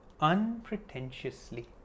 unpretentiously